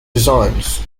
designs